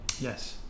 Yes